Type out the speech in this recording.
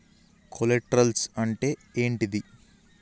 Collaterals అంటే ఏంటిది?